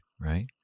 right